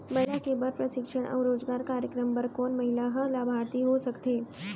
महिला के बर प्रशिक्षण अऊ रोजगार कार्यक्रम बर कोन महिला ह लाभार्थी हो सकथे?